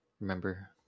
remember